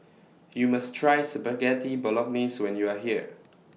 YOU must Try Spaghetti Bolognese when YOU Are here